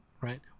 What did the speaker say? right